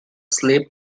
slip